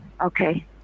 Okay